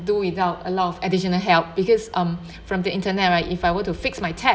do without a lot of additional help because um from the internet right if I were to fix my tab